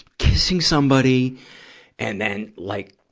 kissing somebody and then, like,